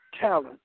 talent